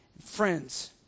friends